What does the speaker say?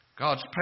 God's